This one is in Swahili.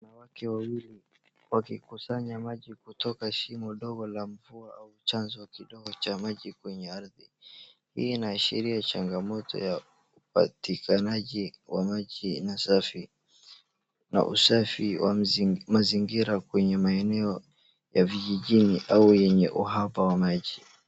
Wanawake wawili wakikusanya maji kutoka shimo dogo la kuvua ama chanzo cha maji kwenye ardhi. Hii inaashiria changamoto ya upatikanaji wa maji na usafi wa mazingira kwenye maeneo ya vijijini au yenye uhaba wa maji.